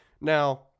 Now